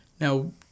now